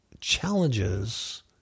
challenges